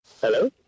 Hello